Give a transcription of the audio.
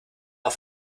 auf